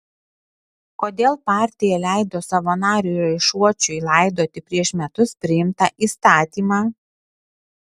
kodėl partija leido savo nariui raišuočiui laidoti prieš metus priimtą įstatymą